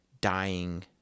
dying